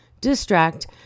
distract